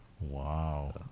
Wow